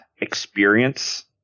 experience